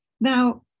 Now